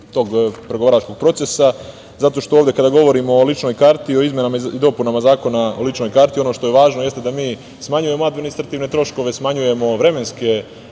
tog pregovaračkog procesa. Zato što ovde kada govorimo o ličnoj karti, o izmenama i dopunama Zakona o ličnoj karti ono što je važno jeste da mi smanjujemo administrativne troškove, smanjujemo vremenske